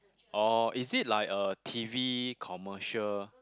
oh is it like a T_V commercial